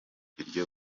ibiryo